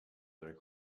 their